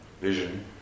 vision